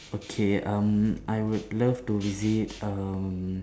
okay um I would love to visit um